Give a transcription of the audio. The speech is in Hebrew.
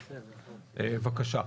בקשה.